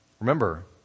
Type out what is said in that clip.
Remember